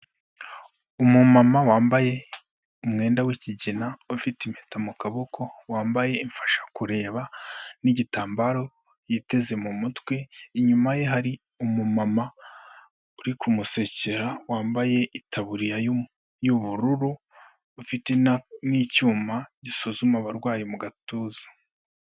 Umumama wambaye umwenda w'ikigina, ufite impeta mu kaboko, wambaye imfashakureba n'igitambaro yiteze mu mutwe, inyuma ye hari umumama uri kumusekera, wambaye itaburiya y'ubururu, ufite n'icyuma gisuzuma abarwayi mu gatuza.